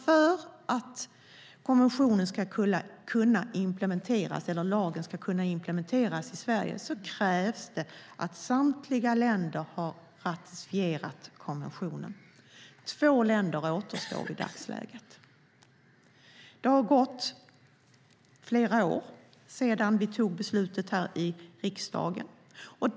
För att lagen ska kunna implementeras i Sverige krävs det att samtliga länder har ratificerat konventionen. Två länder återstår i dagsläget. Det har gått flera år sedan vi fattade beslutet här i riksdagen.